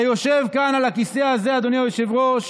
אתה יושב כאן על הכיסא הזה, אדוני היושב-ראש,